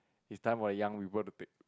it's time for young people to pick